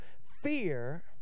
fear